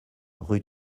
rue